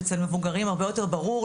שאצל מבוגרים הרבה יותר ברור,